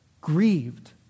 grieved